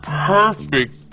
perfect